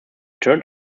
turned